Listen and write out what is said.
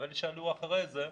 ואלה שעלו אחרי כן,